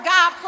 God